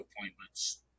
appointments